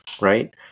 right